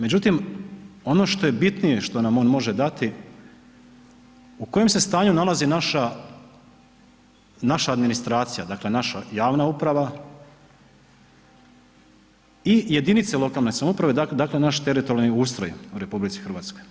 Međutim, ono što je bitnije što nam on može dati u kojem se stanju nalazi naša administracija, dakle naša javna uprava i jedinice lokalne samouprave dakle naš teritorijalni ustroj u RH.